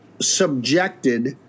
subjected